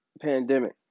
pandemic